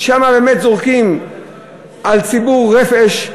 שם באמת זורקים על ציבור רפש,